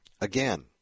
Again